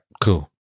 cool